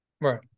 Right